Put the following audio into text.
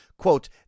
Quote